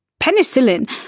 Penicillin